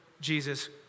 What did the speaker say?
Jesus